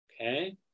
Okay